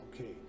okay